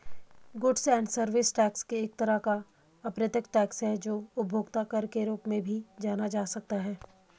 goods and service tax एक तरह का अप्रत्यक्ष टैक्स है जो उपभोक्ता कर के रूप में भी जाना जा सकता है